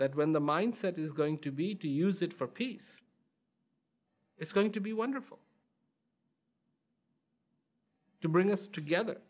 that when the mindset is going to be to use it for peace it's going to be wonderful to bring us together